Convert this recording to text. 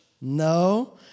No